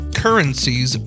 currencies